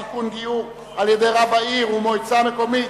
(גיור על-ידי רב עיר ומועצה מקומית),